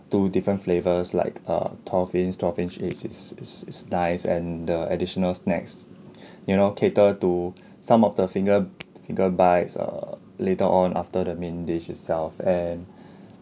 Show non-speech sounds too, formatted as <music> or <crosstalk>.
two different flavours like a twelve inch twelve inch it's it's it's it's nice and the additional snacks <breath> you know cater to <breath> some of the finger finger bites err later on after the main dish itself and <breath>